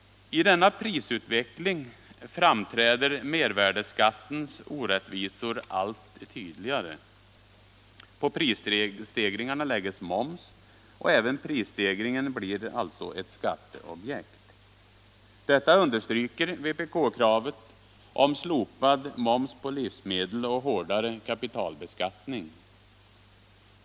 I denna prisutveckling framträder mervärdeskattens orättvisor allt tydligare. På prisstegringarna läggs moms och även prisstegringen blir alltså ett skatteobjekt. Detta understryker vpk-kravet om slopad moms på livsmedel och hårdare kapitalbeskattning.